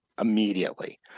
immediately